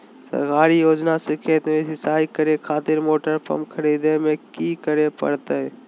सरकारी योजना से खेत में सिंचाई करे खातिर मोटर पंप खरीदे में की करे परतय?